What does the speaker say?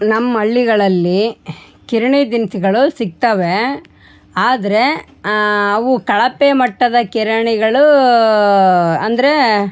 ನಮ್ಮ ಹಳ್ಳಿಗಳಲ್ಲಿ ಕಿರಣಿ ದಿನಸಿಗಳು ಸಿಗ್ತಾವೆ ಆದರೆ ಅವು ಕಳಪೆ ಮಟ್ಟದ ಕಿರಣಿಗಳು ಅಂದರೆ